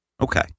Okay